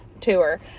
tour